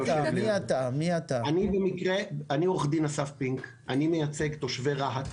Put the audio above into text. אני עו"ד אסף פינק, אני מייצג את תושבי רהט.